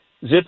zip